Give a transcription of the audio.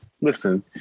Listen